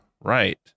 Right